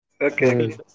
Okay